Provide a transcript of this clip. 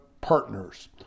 partners